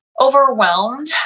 overwhelmed